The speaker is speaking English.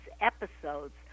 episodes